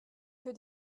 que